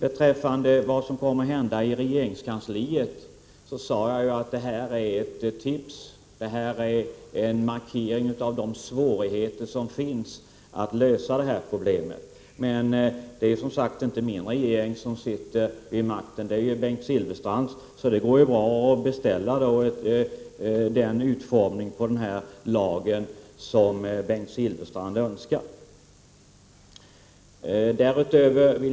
När det gäller vad som kommer att hända i regeringskansliet gjorde jag en markering av de svårigheter som finns när man skall lösa problemet. Men det är som sagt inte min regering som sitter vid makten. Det är Bengt Silfverstrands, så det går bra att beställa den utformning av lagen som Bengt Silfverstrand önskar.